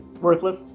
Worthless